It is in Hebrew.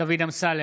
דוד אמסלם,